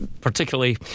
particularly